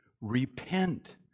Repent